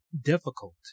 difficult